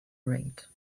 raid